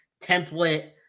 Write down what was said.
template